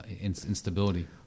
instability